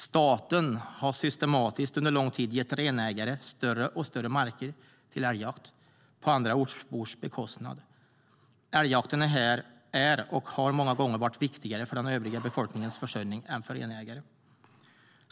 Staten har systematiskt under lång tid gett renägare större och större marker till älgjakt på andra ortsbors bekostnad. Älgjakten är och har många gånger varit viktigare för den övriga befolkningens försörjning än för renägare.